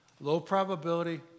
Low-probability